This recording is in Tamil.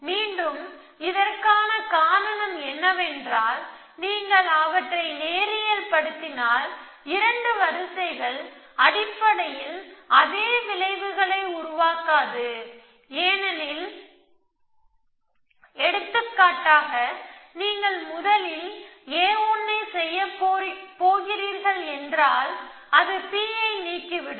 மீண்டும் இதற்கான காரணம் என்னவென்றால் நீங்கள் அவற்றை நேரியல் படுத்தினால் 2 வரிசைகள் அடிப்படையில் அதே விளைவுகளை உருவாக்காது எடுத்துக்காட்டாக நீங்கள் முதலில் a1 ஐ செய்யப் போகிறீர்கள் என்றால் அது P ஐ நீக்கிவிடும்